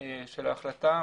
של ההחלטה,